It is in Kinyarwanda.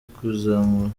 kuzamura